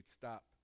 stop